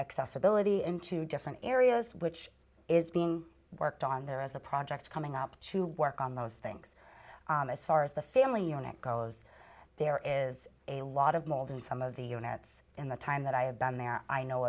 accessibility into different areas which is being worked on there as a project coming up to work on those things and as far as the family unit goes there is a lot of mauled in some of the units in the time that i have been there i know